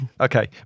Okay